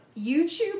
youtube